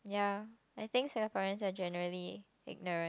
ya I think Singaporeans are generally ignorant